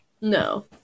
No